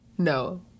No